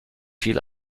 viel